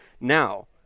Now